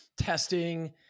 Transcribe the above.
testing